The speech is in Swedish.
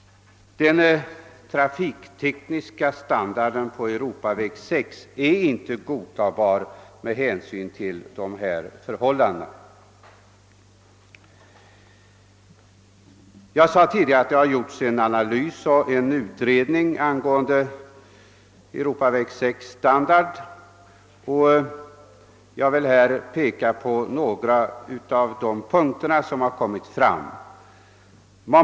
Den trafiktekniska standarden på Europaväg 6 är inte godtagbar med hänsyn till den hårda belastningen. Jag nämnde att en utredning gjorts angående standarden på Europaväg 6. Jag vill peka på några av de punkter som därvid kommit fram.